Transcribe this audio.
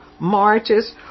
marches